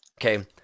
Okay